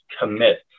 commit